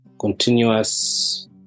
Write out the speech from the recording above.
continuous